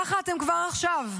ככה אתם כבר עכשיו.